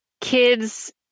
kids